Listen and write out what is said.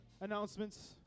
announcements